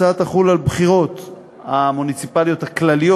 ההצעה תחול על הבחירות המוניציפליות הכלליות